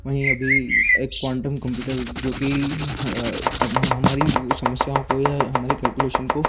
वहीं अभी एक क्वांटम कम्प्यूटर जो कि अब हमारी समस्याओं को यह हमारी कैलकुलेशन को